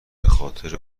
بخاطر